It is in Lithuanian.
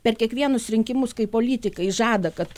per kiekvienus rinkimus kai politikai žada kad